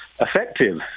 effective